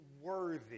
worthy